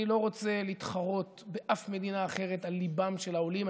אני לא רוצה להתחרות באף מדינה אחרת על ליבם של העולים.